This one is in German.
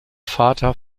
vater